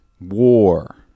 war